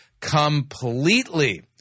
completely